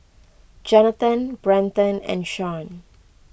Johnathan Brenton and Shaun